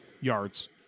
yards